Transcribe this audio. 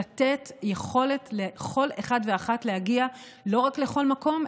לתת יכולת לכל אחד ואחת להגיע לא רק לכל מקום,